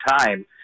time